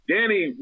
Danny